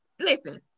listen